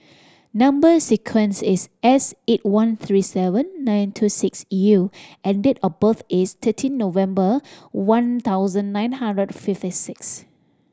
number sequence is S eight one three seven nine two six U and date of birth is thirteen November one thousand nine hundred fifty six